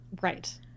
Right